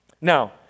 Now